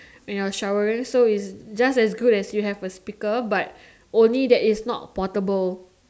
when you're showering so it just as good as you have a speaker but only that it's not portable